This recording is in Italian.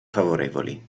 favorevoli